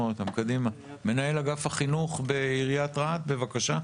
מנהל אגף החינוך בעיריית רהט, בבקשה.